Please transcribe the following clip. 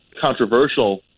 controversial